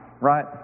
right